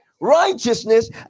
righteousness